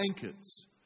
blankets